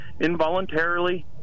involuntarily